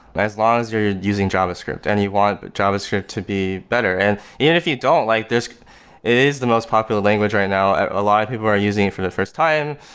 ah as long as you're using javascript and you want but javascript to be better. and even if you don't, like it is the most popular language right now. a lot of people are using it for the first time.